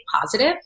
positive